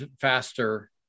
faster